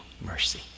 mercy